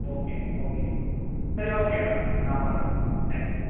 okay okay சரி okay ma'am நான் பண்ணுறேன் தேங்க் யூ